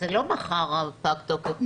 אז זה לא מחר הארכת התוקף?